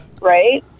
right